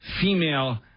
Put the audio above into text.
female